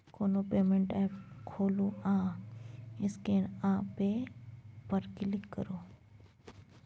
कोनो payment app खोलु आ स्कैन आ पे पर क्लिक करु